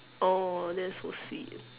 !aww! that's so sweet